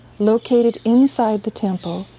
located inside the temple,